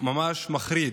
ממש מחריד.